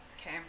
Okay